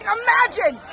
imagine